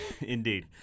Indeed